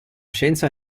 scienza